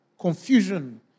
confusion